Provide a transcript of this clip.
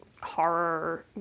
horror